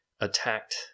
Attacked